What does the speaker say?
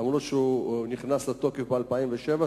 אף-על-פי שהוא נכנס לתוקף ב-2007,